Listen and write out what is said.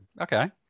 Okay